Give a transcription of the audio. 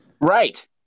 Right